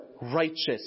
righteous